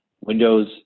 Windows